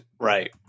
Right